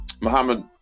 Muhammad